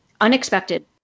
unexpected